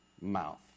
mouth